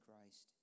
Christ